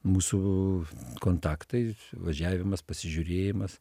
mūsų kontaktai važiavimas pasižiūrėjimas